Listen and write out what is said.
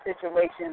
situation